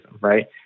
right